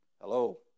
Hello